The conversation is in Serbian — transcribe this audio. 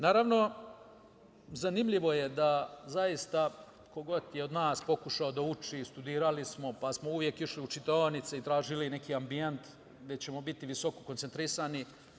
Naravno, zanimljivo je da zaista ko god je od nas pokušao da uči, studirali smo, pa smo uvek išli u čitaonice i tražili neki ambijent gde ćemo biti visoko koncentrisani.